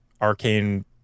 arcane